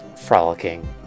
frolicking